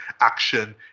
action